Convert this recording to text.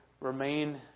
remain